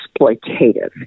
exploitative